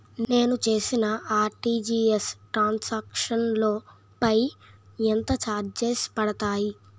నేను చేసిన RTGS transaction లో పై ఎంత చార్జెస్ పడతాయి?